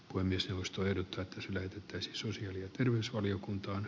puhemiesneuvosto ehdottaa pysyneet että sosiaali ja terveysvaliokuntaan